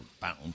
bound